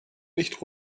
nicht